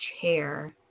chair